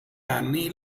anni